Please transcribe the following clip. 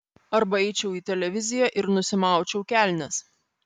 arba eičiau į televiziją ir nusimaučiau kelnes